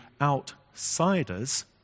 outsiders